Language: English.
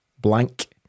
Blank